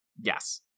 Yes